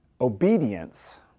Obedience